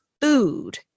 food